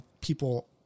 people